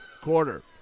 quarter